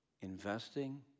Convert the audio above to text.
investing